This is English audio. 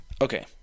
Okay